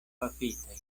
pafitaj